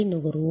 நுகர்வோர்